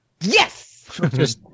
Yes